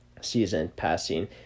season-passing